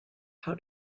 how